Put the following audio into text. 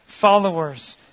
followers